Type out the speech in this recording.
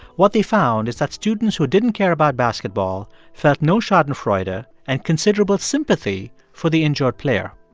what they found is that students who didn't care about basketball felt no schadenfreude ah and considerable sympathy for the injured player.